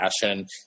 fashion